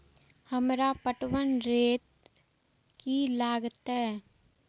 हमरा पटवन रेट की लागते?